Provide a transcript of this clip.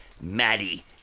Maddie